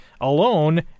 alone